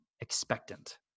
expectant